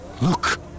Look